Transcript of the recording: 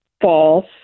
false